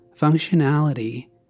Functionality